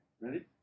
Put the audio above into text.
ready